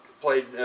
Played